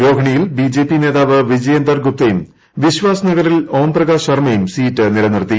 രോഹിണിയിൽ BJP നേതാവ് വിജേന്ദർ ഗുപ്തയും വിശ്വാസ് നഗറിൽ ഓം പ്രകാശ് ശർമ്മയും സീറ്റ് നിലനിർത്തി